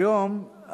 כיום,